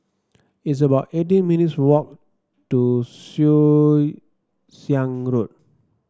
it's about eighteen minutes walk to Siang Road